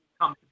come